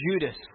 Judas